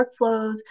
workflows